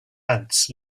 ants